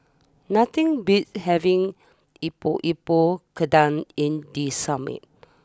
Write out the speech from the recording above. nothing beats having Epok Epok Kentang in the summer